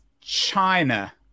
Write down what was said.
China